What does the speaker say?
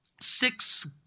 six